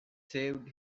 saved